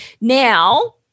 Now